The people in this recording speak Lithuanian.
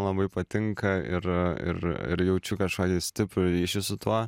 labai patinka ir ir ir jaučiu kažkokį stiprų ryšį su tuo